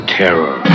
terror